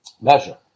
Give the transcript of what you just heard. measure